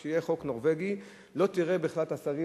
כשיהיה חוק נורבגי לא תראה בכלל את השרים,